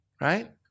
right